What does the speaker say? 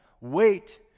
Wait